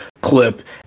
clip